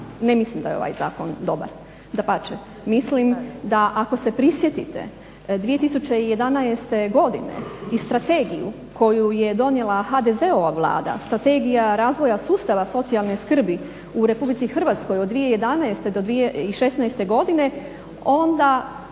Ne mislim da je ovaj zakon dobar. Dapače, mislim da ako se prisjetite 2011.godine i strategiju koju je donijela HDZ-ova Vlada, strategija razvoja sustava socijalne skrbi u RH od 2011—2016.godine onda